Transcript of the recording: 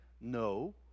no